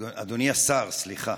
אדוני השר, סליחה.